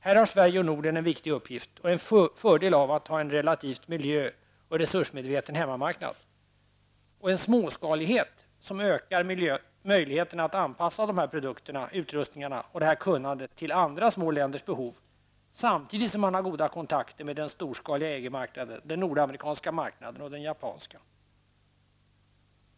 Här har Sverige och Norden en viktig uppgift och en fördel av att ha en relativt miljö och resursmedveten hemmamarknad och en småskalighet som ökar möjligheterna att anpassa dessa produkter, utrustningar och detta kunnande till andra små länders behov, samtidigt som man har goda kontakter med den storskaliga EG-marknaden, den nordamerikanska marknaden och den japanska.